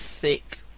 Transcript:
thick